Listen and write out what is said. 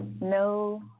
No